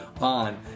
on